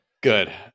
Good